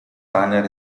diner